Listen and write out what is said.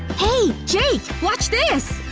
hey! jake! watch this!